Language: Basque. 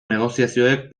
negoziazioek